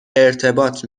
ارتباط